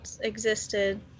existed